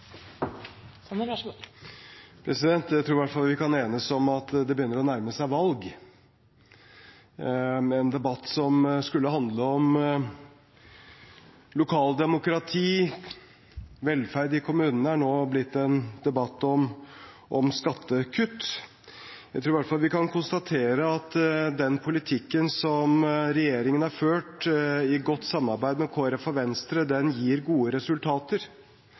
debatt som skulle handle om lokaldemokrati og velferd i kommunene, er nå blitt til en debatt om skattekutt. Jeg tror i hvert fall vi kan konstatere at den politikken som regjeringen har ført, i godt samarbeid med Kristelig Folkeparti og Venstre, gir gode resultater.